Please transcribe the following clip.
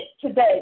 today